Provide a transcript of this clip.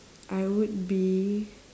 I would be